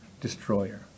Destroyer